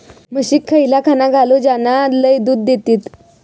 म्हशीक खयला खाणा घालू ज्याना लय दूध देतीत?